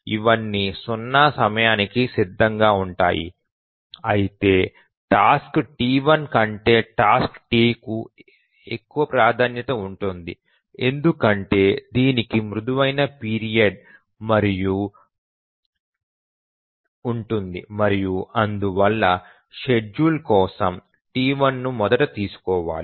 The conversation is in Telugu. ఇవన్నీ 0 సమయానికి సిద్ధంగా ఉంటాయి అయితే టాస్క్ T1 కంటే టాస్క్ T2 కి ఎక్కువ ప్రాధాన్యత ఉంటుంది ఎందుకంటే దీనికి మృదువైన పీరియడ్ ఉంటుంది మరియు అందువల్ల షెడ్యూల్ కోసం T1ను మొదట తీసుకోవాలి